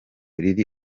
riri